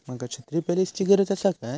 माका छत्री पॉलिसिची गरज आसा काय?